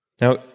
Now